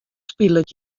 spilet